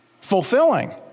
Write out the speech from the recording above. fulfilling